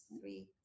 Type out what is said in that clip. three